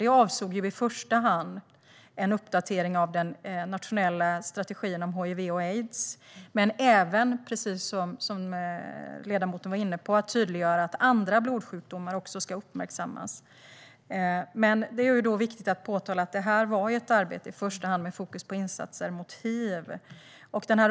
Det avsåg ju i första hand en uppdatering av den nationella strategin om hiv och aids men även att också andra blodsjukdomar ska uppmärksammas. Det är dock viktigt att påpeka att det var ett arbete med fokus främst på insatser mot hiv.